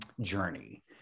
journey